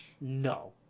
No